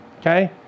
Okay